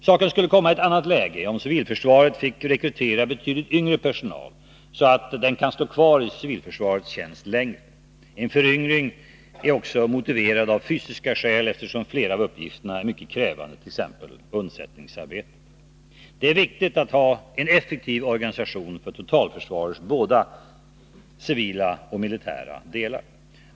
Saken skulle komma i ett annat läge om civilförsvaret finge rekrytera betydligt yngre personal, så att den kan stå kvar i civilförsvarets tjänst längre. En föryngring är också motiverad av fysiska skäl, eftersom flera av uppgifterna är mycket krävande, t.ex. undsättningsarbete. Det är viktigt att ha en effektiv organisation för totalförsvarets både civila och militära delar.